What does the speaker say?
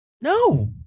No